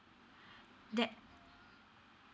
that